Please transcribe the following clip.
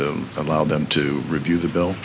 to allow them to review the bill